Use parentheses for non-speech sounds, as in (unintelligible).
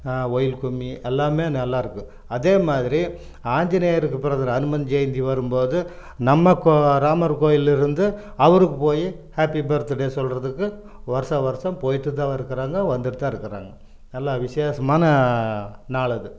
while Kummi எல்லாம் நல்லா இருக்கும் அதே மாதிரி ஆஞ்சநேயருக்கு பிறந்த (unintelligible) அனுமன் ஜெயந்தி வரும் போதும் நம்ம ராமர் கோயிலில்லிருந்து அவருக்கு போய் ஹேப்பி பர்த்டே சொல்கிறதுக்கு வருடம் வருடம் போய்ட்டு தான் இருக்கிறாங்க வந்துகிட்டு தான் இருக்கிறாங்க நல்லா விசேஷமான நாள் அது